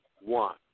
one